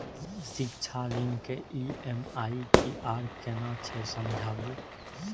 शिक्षा ऋण के ई.एम.आई की आर केना छै समझाबू?